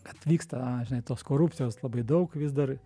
kad vyksta žinai tos korupcijos labai daug vis dar